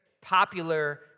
popular